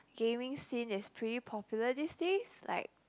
gaming scene is pretty popular these days like